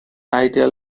ideal